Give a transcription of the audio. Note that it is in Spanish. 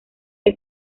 que